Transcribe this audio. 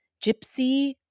gypsy